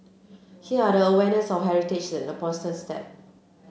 here the awareness of heritage is an important step